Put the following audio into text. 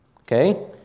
Okay